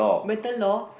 better law